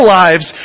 lives